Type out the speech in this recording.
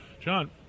John